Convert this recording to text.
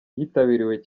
yitabiriwe